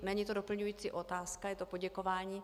Není to doplňující otázka, je to poděkování.